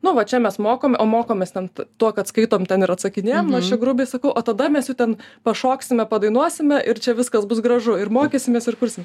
nu va čia mes mokom ir mokomės ten tuo kad skaitom ten ir atsakinėjam nu aš čia grubiai sako o tada mes jau ten pašoksime padainuosime ir čia viskas bus gražu ir mokysimės ir kursim